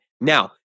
Now